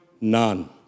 none